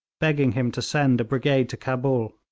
begging him to send a brigade to cabul.